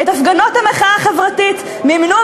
את הפגנות המחאה החברתית מימנו,